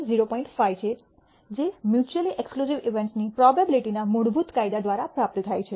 5 છે જે mutually exclusive ઈવેન્ટ્સની પ્રોબેબીલીટી ના મૂળભૂત કાયદા દ્વારા પ્રાપ્ત થાય છે